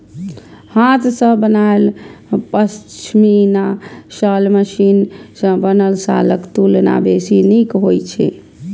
हाथ सं बनायल पश्मीना शॉल मशीन सं बनल शॉलक तुलना बेसी नीक होइ छै